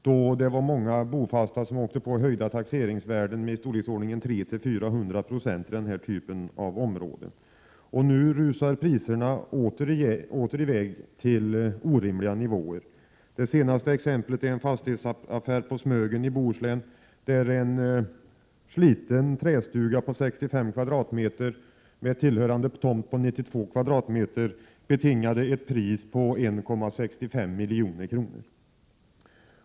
Då var det många bofasta som åkte på höjningar av taxeringsvärdena i storleksordningen 300-400 96 i den här typen av områden. Nu rusar priserna åter i väg till orimliga nivåer. Det senaste exemplet är en fastighetsaffär på Smögen i Bohuslän, där en sliten trästuga på 65 kvadratmeter med tillhörande tomt på 92 kvadratmeter betingade ett pris på 1,65 miljoner.